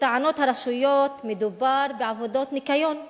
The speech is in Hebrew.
לטענת הרשויות מדובר בעבודות ניקיון בלבד.